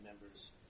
members